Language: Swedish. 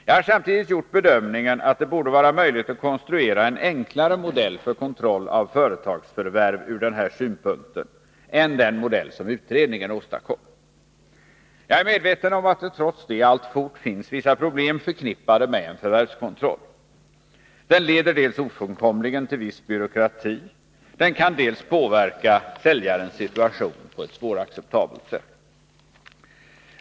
Jag har samtidigt gjort bedömningen att det borde vara möjligt att konstruera en enklare modell för kontroll av företagsförvärv ur den här synpunkten än den modell som utredningen åstadkom. Jag är medveten om att det trots det alltfort finns vissa problem förknippade med en förvärvskontroll. Dels leder den ofrånkomligen till viss byråkrati, dels kan den påverka säljarens situation på ett svåracceptabelt sätt.